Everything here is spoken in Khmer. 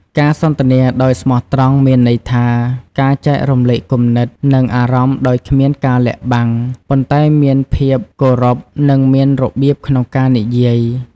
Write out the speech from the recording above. ការសន្ទនាដោយស្មោះត្រង់ មានន័យថា ការចែករំលែកគំនិត និងអារម្មណ៍ដោយគ្មានការលាក់បាំង ប៉ុន្តែមានភាពគោរព និងមានរបៀបក្នុងការនិយាយ។